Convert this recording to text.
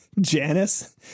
Janice